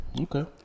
Okay